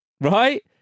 right